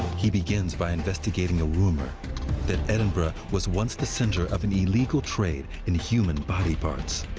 he begins by investigating a rumor that edinburgh was once the center of an illegal trade in human body parts.